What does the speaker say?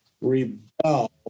rebel